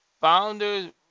Founders